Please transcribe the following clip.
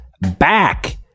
back